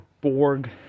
Borg